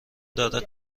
دارد